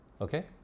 okay